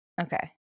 Okay